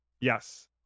Yes